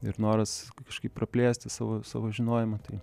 ir noras kažkaip praplėsti savo savo žinojimą tai